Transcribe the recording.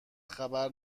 خبر